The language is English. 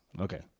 Okay